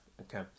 Okay